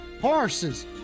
Horses